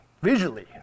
visually